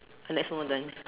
and that's almost done